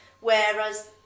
whereas